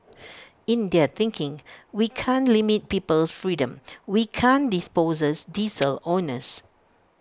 in their thinking we can't limit people's freedom we can't dispossess diesel owners